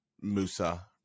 Musa